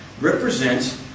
represents